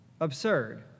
Absurd